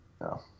No